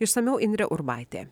išsamiau indrė urbaitė